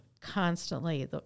constantly